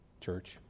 church